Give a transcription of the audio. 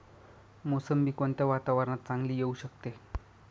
मोसंबी कोणत्या वातावरणात चांगली येऊ शकते?